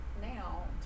now